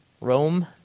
Rome